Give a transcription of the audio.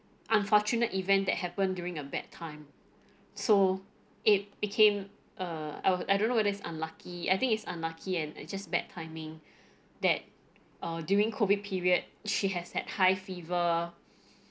unfortunate event that happened during a bad time so it became uh I don't know whether it's unlucky I think it's unlucky and just bad timing that uh during COVID period she has had high fever